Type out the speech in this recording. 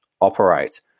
operate